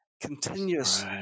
continuous